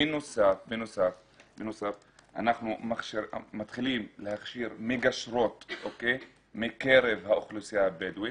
בנוסף אנחנו מתחילים להכשיר מגשרות מקרב האוכלוסייה הבדואית,